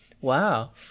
Wow